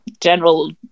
general